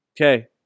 Okay